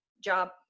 job